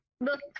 Look